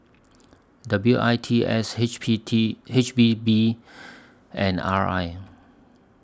W I T S H P T H P B and R I